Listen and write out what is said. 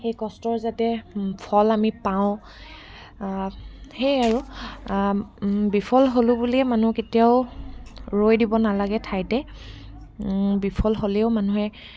সেই কষ্টৰ যাতে ফল আমি পাওঁ সেয়াই আৰু বিফল হ'লোঁ বুলিয়ে মানুহ কেতিয়াও ৰৈ দিব নালাগে ঠাইতে বিফল হ'লেও মানুহে